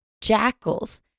jackals